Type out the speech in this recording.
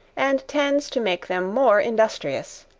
and tends to make them more industrious.